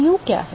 u क्या है